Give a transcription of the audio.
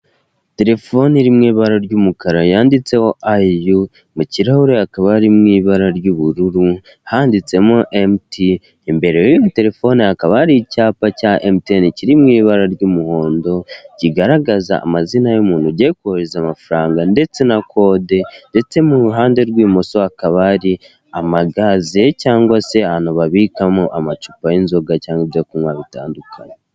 Telefone iri mu ibara ry'umukara yanditseho iyi yu mu kirahure akaba ari mu ibara ry'ubururu handitsemo mt telefoni hakaba ari icyapa cya emutiyeni kiri mu ibara ry'umuhondo kigaragaza amazina y'umuntu ugiye kohereza amafaranga ndetse na kode ndetse mu ruhande rw'ibumoso hakaba ari amagaze cyangwa se ahantu babikamo amacupa y'inzoga cyangwa se ibyo kunywa bitandukanye.